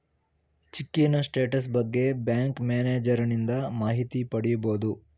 ಚಿಕ್ಕಿನ status ಬಗ್ಗೆ bank ಮ್ಯಾನೇಜರನಿಂದ ಮಾಹಿತಿ ಪಡಿಬೋದು